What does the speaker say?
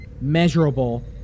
measurable